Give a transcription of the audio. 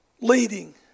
Leading